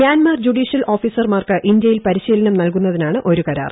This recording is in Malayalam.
മ്യാൻമർ ജുഡിഷ്യൽ ഓഫീസർമാർക്ക് ഇന്ത്യയിൽ പരിശീലനം നൽകുന്നതിനാണ് ഒരു കരാർ